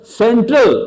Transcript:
central